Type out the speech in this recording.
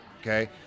okay